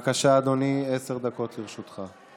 בבקשה, אדוני, עשר דקות לרשותך.